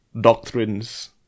doctrines